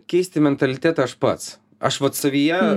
keisti mentalitetą aš pats aš vat savyje